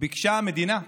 ביקשה המדינה למחוק,